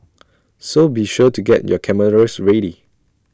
so be sure to get your cameras ready